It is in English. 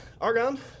Argon